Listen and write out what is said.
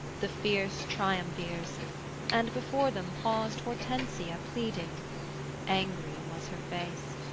the fierce triumvirs and before them paused hortensia pleading angry was her face.